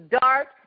dark